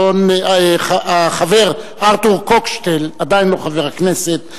החבר ארתור קוקשטל עדיין לא חבר הכנסת,